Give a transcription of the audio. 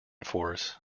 force